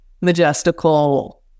majestical